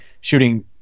shooting